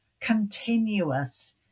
continuous